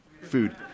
food